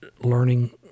learning